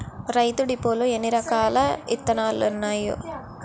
రైతు డిపోలో ఎన్నిరకాల ఇత్తనాలున్నాయో